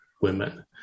women